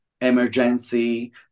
emergency